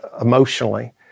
emotionally